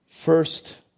First